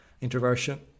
Introversion